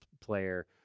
player